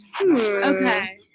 okay